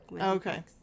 Okay